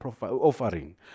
offering